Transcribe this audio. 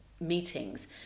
meetings